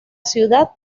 ciudad